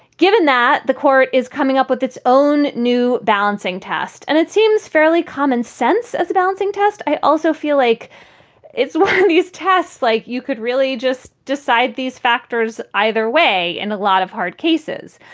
given that the court is coming up with its own new balancing test, and it seems fairly common sense as a balancing test. i also feel like it's these tests, like you could really just decide these factors either way in a lot of hard cases.